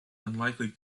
unlikely